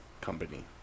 Company